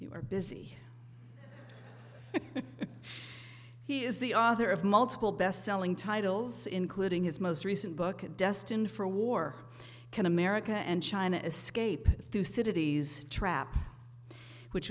you're busy he is the author of multiple bestselling titles including his most recent book destined for war can america and china escape through cities trap which